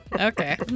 Okay